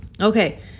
Okay